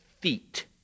feet